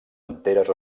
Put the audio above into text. enteres